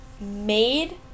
made